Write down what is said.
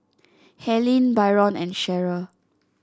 Helyn Byron and Cherryl